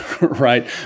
right